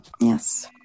Yes